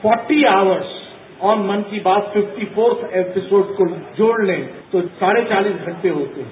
forty hours और Mann Ki Baat fifty fourth episode को जोड़ लें तो साढ़े चालीस घंटे होते हैं